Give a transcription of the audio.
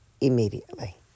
immediately